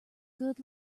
good